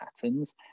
patterns